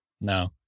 no